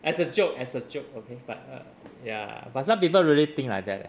as a joke as a joke okay but uh ya some people really think like that leh